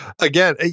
Again